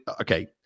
okay